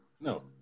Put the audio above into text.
No